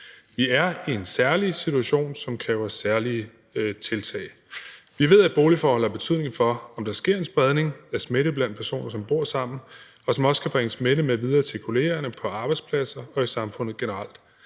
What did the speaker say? Det er en særlig situation, som kræver særlige tiltag. Vi ved, at boligforhold har en betydning for, om der sker en spredning af smitte blandt personer, der bor sammen, og som også kan bringe smitten videre til kollegaerne på arbejdspladsen og ud i samfundet generelt.